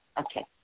okay